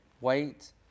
wait